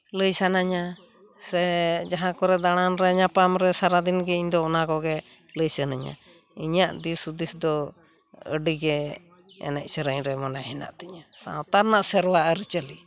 ᱞᱟᱹᱭ ᱥᱟᱱᱟᱧᱟ ᱥᱮ ᱡᱟᱦᱟᱸ ᱠᱚᱨᱮ ᱫᱟᱬᱟᱱ ᱨᱮ ᱧᱟᱯᱟᱢ ᱨᱮ ᱥᱟᱨᱟ ᱫᱤᱱ ᱜᱮ ᱤᱧ ᱫᱚ ᱚᱱᱟ ᱠᱚᱜᱮ ᱞᱟᱹᱭ ᱥᱟᱱᱟᱧᱟ ᱤᱧᱟᱹᱜ ᱫᱤᱥ ᱦᱩᱫᱤᱥ ᱫᱚ ᱟᱹᱰᱤ ᱜᱮ ᱮᱱᱮᱡ ᱥᱮᱨᱮᱧ ᱨᱮ ᱢᱚᱱᱮ ᱦᱮᱱᱟᱜ ᱛᱤᱧᱟᱹ ᱥᱟᱶᱛᱟ ᱨᱮᱱᱟᱜ ᱥᱮᱨᱣᱟ ᱟᱹᱨᱤᱪᱟᱹᱞᱤ